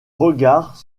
regards